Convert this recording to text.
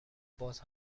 باز